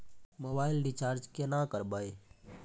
Mobile recharge केना करबै?